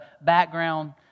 background